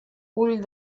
ull